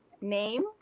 name